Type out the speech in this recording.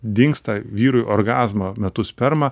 dingsta vyrui orgazmo metu sperma